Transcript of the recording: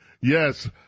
Yes